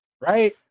right